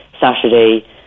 Saturday